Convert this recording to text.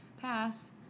pass